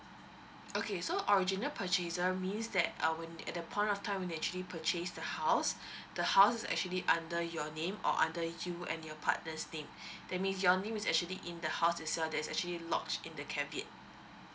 okay so original purchaser means that uh when at the point of time when you actually purchase the house the house is actually under your name or under you and your partners name that means your name is actually in the house as well there's actually lodged in the caveat